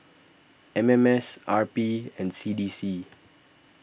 M M S R P and C D C